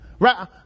Right